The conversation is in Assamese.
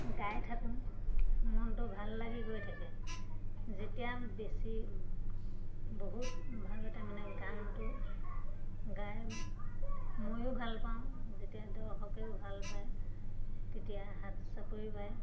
গাই থাকোঁ মনটো ভাল লাগি গৈ থাকে যেতিয়া বেছি বহুত ভাৱে তাৰমানে গানটো গাই ময়ো ভাল পাওঁ যেতিয়া দৰ্শকেও ভাল পায় তেতিয়া হাত চাপৰি বায়